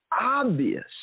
obvious